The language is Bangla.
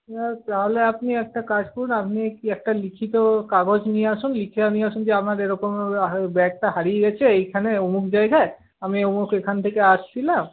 তাহলে আপনি একটা কাজ করুন একটা লিখিত কাগজ নিয়ে আসুন লিখে নিয়ে আসুন যে আপনার এরকম ব্যাগটা হারিয়ে গেছে এইখানে অমুক জায়গায় আমি অমুক এখান থেকে আসছিলাম